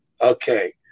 okay